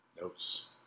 Notes